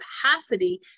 capacity